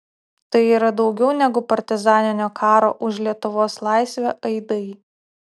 tai yra daugiau negu partizaninio karo už lietuvos laisvę aidai